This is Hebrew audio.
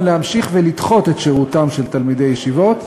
להמשיך ולדחות את שירותם של תלמידי ישיבות,